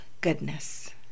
goodness